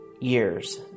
years